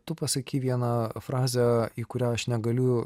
tu pasakei vieną frazę į kurią aš negaliu